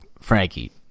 Frankie